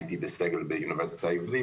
הייתי בסגל של האוניברסיטה העברית